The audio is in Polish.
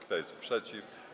Kto jest przeciw?